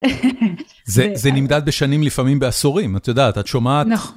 זה נמדד בשנים, לפעמים בעשורים, את יודעת, את שומעת. נכון